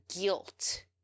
guilt